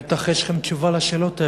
בטח יש לכם תשובה לשאלות האלה.